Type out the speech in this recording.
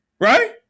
right